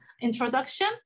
introduction